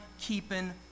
keeping